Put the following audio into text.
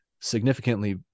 significantly